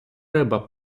риба